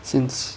since